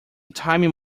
timing